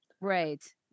right